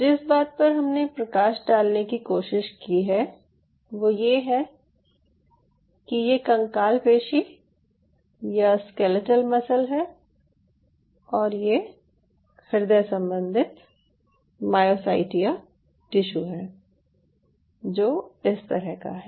जिस बात पर हमने प्रकाश डालने की कोशिश की है वो ये है कि ये कंकाल पेशी या स्केलेटल मसल है और ये हृदय सम्बन्धी मायोसाइट या टिश्यू है जो इस तरह का है